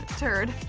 turd.